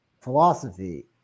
philosophy